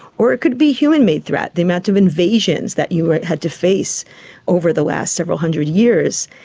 or it could be human-made threat, the amount of invasions that you had to face over the last several hundred years,